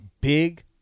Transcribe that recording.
big